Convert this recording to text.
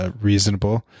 Reasonable